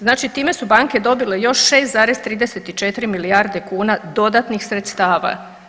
Znači time su banke dobile još 6,34 milijarde kuna dodatnih sredstava.